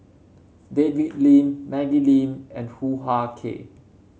David Lim Maggie Lim and Hoo Ah Kay